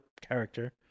character